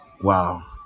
wow